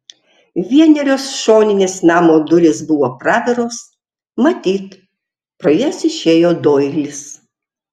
vienerios šoninės namo durys buvo praviros matyt pro jas išėjo doilis